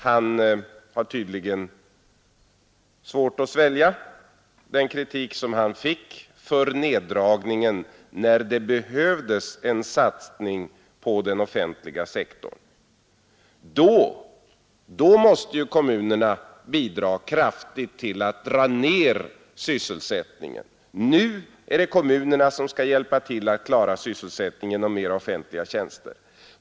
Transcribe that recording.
Han har tydligen svårt att svälja den kritik som han fick för neddragningen av den offentliga sektorn när det i stället behövdes en satsning på denna. Då måste ju kommunerna ha bidragit kraftigt till att bringa ned sysselsättningen. Nu är det kommunerna som skall hjälpa till att klara sysselsättningen genom fler offentliga tjänster.